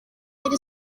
iri